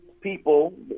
people